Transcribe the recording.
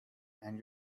and